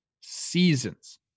seasons